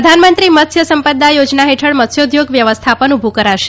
પ્રધાનમંત્રી મત્સ્ય સં દા યોજના હેઠળ મત્સ્યોદ્યોગ વ્યવસ્થા ન ઉભું કરાશે